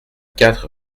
quatre